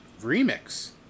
Remix